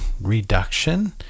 reduction